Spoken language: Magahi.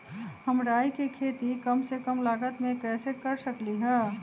हम राई के खेती कम से कम लागत में कैसे कर सकली ह?